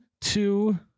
two